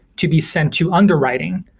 to be sent to underwriting,